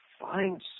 find